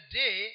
day